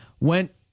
went